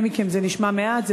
למי מכם זה נשמע מעט,